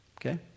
Okay